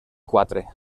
quatre